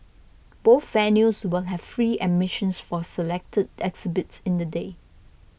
both venues will have free admissions for selected exhibits in the day